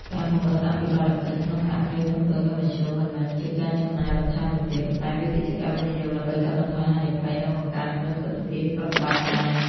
ការពង្រឹងអភិបាលកិច្ចក្នុង សហគ្រាសធុនតូច និងមធ្យម មិនមែនជាការចំណាយបន្ថែមនោះទេ ប៉ុន្តែវាគឺជាការវិនិយោគដើម្បីកាត់បន្ថយហានិភ័យ និងបង្កើនប្រសិទ្ធភាពប្រតិបត្តិការ។